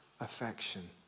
affection